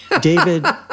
David